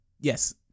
yes